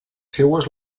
seues